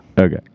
Okay